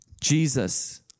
Jesus